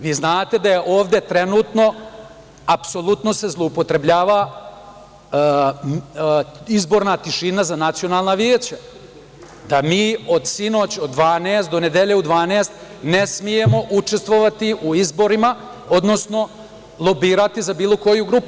Vi znate da se ovde trenutno apsolutno zloupotrebljava izborna tišina za nacionalna veća, da mi od sinoć, od 12 do nedelje u 12, ne smemo učestvovati u izborima, odnosno lobirati za bilo koju grupu.